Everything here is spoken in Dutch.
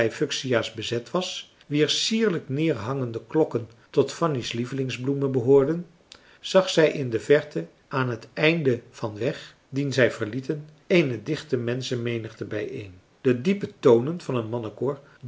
rij fuchsia's bezet was wier sierlijk neerhangende klokken tot fanny's lievelings bloemen behoorden zag zij in de verte aan het einde van weg dien zij verlieten eene dichte menschenmenigte bijeen de diepe tonen van een mannenkoor